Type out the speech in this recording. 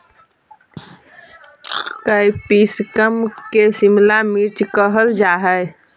capsicum के शिमला मिर्च कहल जा हइ